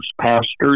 pastors